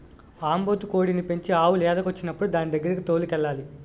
ఆంబోతు కోడిని పెంచి ఆవు లేదకొచ్చినప్పుడు దానిదగ్గరకి తోలుకెళ్లాలి